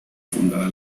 fundada